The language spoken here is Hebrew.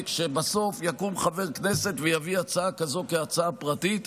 בכלל שבסוף יקום חבר כנסת ויביא הצעה כזאת כהצעה פרטית.